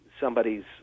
somebody's